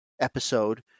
episode